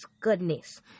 goodness